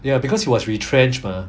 ya because he was retrenched mah